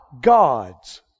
gods